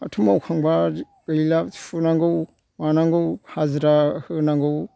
फाथो मावखांबा गैला फुनांगौ मानांगौ हाजिरा होनांगौ